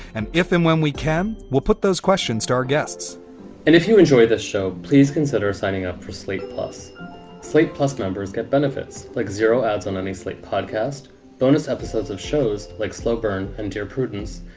and if and when we can, we'll put those questions to our guests and if you enjoy this show, please consider signing up for slate plus slate. plus, members get benefits like zero ads on any slate podcast bonus episodes of shows like slow burn and dear prudence.